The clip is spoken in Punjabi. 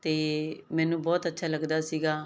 ਤੇ ਮੈਨੂੰ ਬਹੁਤ ਅੱਛਾ ਲੱਗਦਾ ਸੀਗਾ